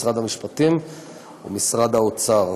משרד המשפטים ומשרד האוצר.